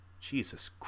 Jesus